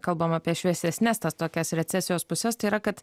kalbam apie šviesesnes tas tokias recesijos puses tai yra kad